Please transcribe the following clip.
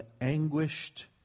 anguished